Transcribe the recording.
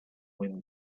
win